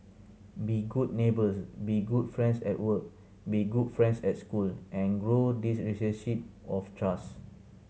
be good neighbours be good friends at work be good friends at school and grow this of trust